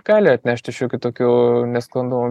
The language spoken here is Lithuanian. gali atnešti šiokių tokių nesklandumų